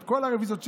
רוויזיות אחדות,